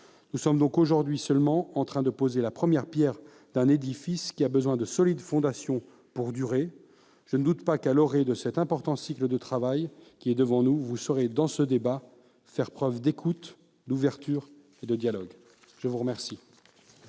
nous sommes aujourd'hui seulement en train de poser la première pierre d'un édifice qui a besoin de solides fondations pour durer. Je ne doute pas qu'à l'orée de cet important cycle de travail qui est devant nous, vous saurez, dans ce débat, faire preuve d'écoute, d'ouverture et de dialogue. La parole